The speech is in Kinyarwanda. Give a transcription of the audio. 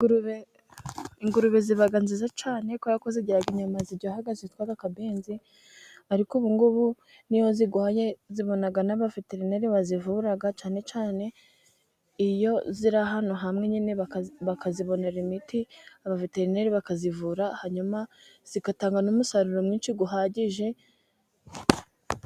Ingurube ziba nziza cyane kuko zigira inyama ziryoha zitwa Akabenzi ariko ubu ng'ubu n'iyo zirwaye zibona n'abaveterineri bazivura cyane cyane iyo ziri ahantu hamwe nyine bakazibonera imiti ,abaveterineri bakazivura hanyuma zigatanga n' umusaruro mwinshi uhagije.